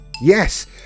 Yes